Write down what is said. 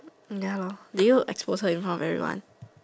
ya lor did you expose her in front of everyone